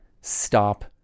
stop